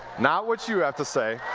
not what you have to say.